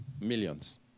millions